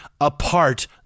apart